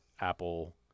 Apple